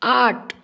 আট